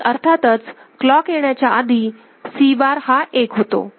आणि अर्थातच क्लॉक येण्याच्या आधी C बार हा एक होता